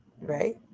Right